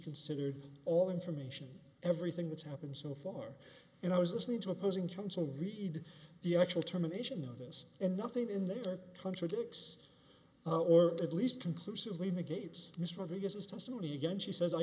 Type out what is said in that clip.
considered all information everything that's happened so far and i was listening to opposing counsel read the actual terminations notice and nothing in the later contradicts or at least conclusively negates mr obvious as testimony again she says i